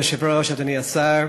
כבוד היושב-ראש, אדוני השר,